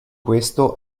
questo